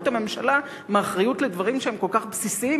הממשלה מאחריות לדברים שהם כל כך בסיסיים,